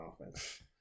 offense